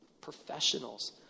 Professionals